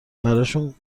براشون